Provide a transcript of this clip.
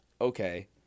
okay –